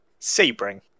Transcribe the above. Sebring